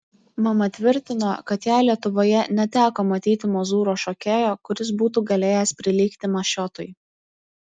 mama tvirtino kad jai lietuvoje neteko matyti mozūro šokėjo kuris būtų galėjęs prilygti mašiotui